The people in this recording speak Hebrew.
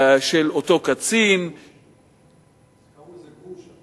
של אותו קצין, קראו לזה "גרוש".